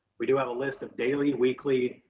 we do have a list of daily, weekly,